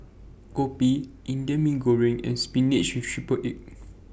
Kopi Indian Mee Goreng and Spinach with Triple Egg